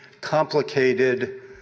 complicated